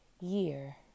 Year